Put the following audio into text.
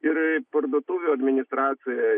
ir parduotuvių administracija